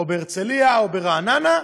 בהרצליה או ברעננה,